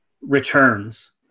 returns